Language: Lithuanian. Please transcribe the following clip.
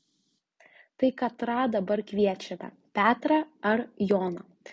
tai katrą dabar kviečiame petrą ar joną